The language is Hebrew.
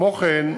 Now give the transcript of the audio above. כמו כן,